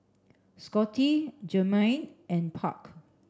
Scottie Jermaine and Park